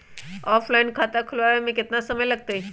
Offline खाता खुलबाबे में केतना समय लगतई?